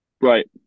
Right